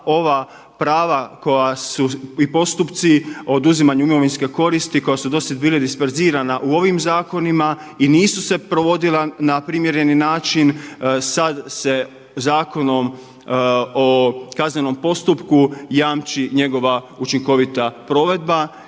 ova prava i postupci o oduzimanju imovinske koristi, koji su do sada bili disperzirana u ovim zakonima i nisu se provodila na primjereni način sada se Zakonom o kaznenom postupku jamči njegova učinkovita provedba.